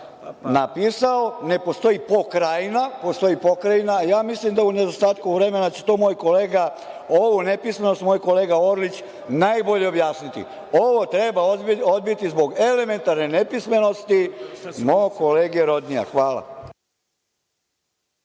napisao, ne postoji pokrajna, postoji pokrajna. Ja mislim da u nedostatku vremena će to moj kolega ovu nepismenost, moj kolega Orlić najbolje objasniti. Ovo treba odbiti zbog elementarne nepismenosti mog kolege Rodnija. Hvala.